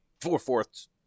four-fourths